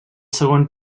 segon